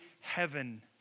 heaven